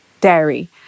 dairy